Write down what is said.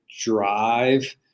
drive